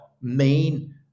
main